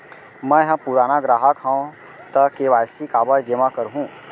मैं ह पुराना ग्राहक हव त के.वाई.सी काबर जेमा करहुं?